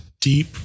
deep